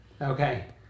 Okay